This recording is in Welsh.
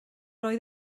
oedd